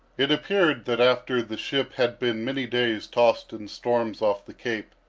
it appeared that after the ship had been many days tossed in storms off the cape,